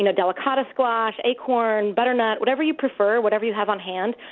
you know delicata squash, acorn, butternut. whatever you prefer, whatever you have on hand.